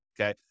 okay